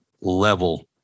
level